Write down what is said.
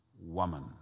woman